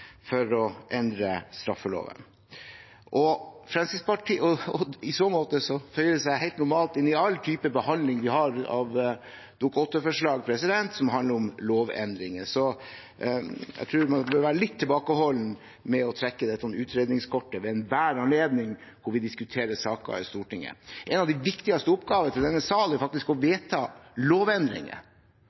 å endre straffeloven. I så måte føyer det seg helt normalt inn i all type behandling vi har av dokument 8-forslag som handler om lovendringer. Så jeg tror man bør være litt tilbakeholden med å trekke dette utredningskortet ved enhver anledning hvor vi diskuterer saker i Stortinget. En av de viktigste oppgavene til denne salen er å vedta lovendringer,